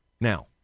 Now